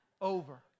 Over